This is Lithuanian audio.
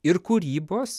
ir kūrybos